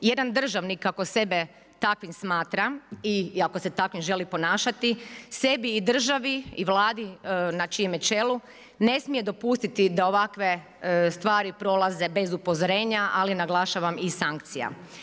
Jedan državnik kako sebe takvim smatra i ako se tako želi ponašati, sebi i državi i Vladi na čijem je načelu, ne smije dopustiti da ovakve stvari prolaze bez upozorenja, ali naglašavam i sankcija.